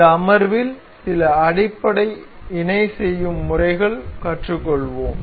இந்த அமர்வில் சில அடிப்படை இணை செய்யும் முறைகளைக் கற்றுக்கொள்வோம்